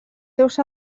seus